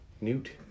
Newt